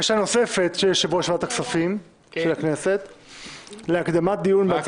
הצבעה הבקשה למיזוג הצעות החוק ולהקדמת הדיון אושרה.